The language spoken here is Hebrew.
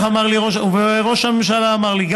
ראש הממשלה אמר לי,